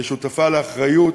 לשותפה לאחריות,